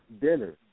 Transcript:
dinner